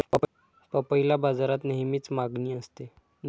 पपईला बाजारात नेहमीच मागणी असते